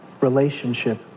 relationship